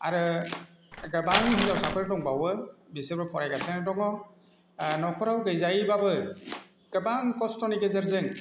आरो गोबां हिनजावसाफोर दंबावो बिसोरबो फरायगासिनो दङ न'खराव गैजायैब्लाबो गोबां खस्थ'नि गेजेरजों